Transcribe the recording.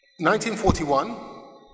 1941